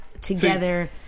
together